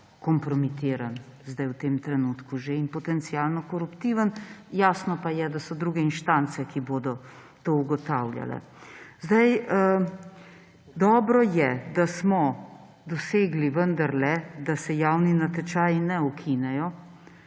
kompromitiran že v tem trenutku in potencialno koruptiven; jasno pa je, da so druge inštance, ki bodo to ugotavljale. Dobro je, da smo dosegli vendarle, da se javni natečaji ne ukinejo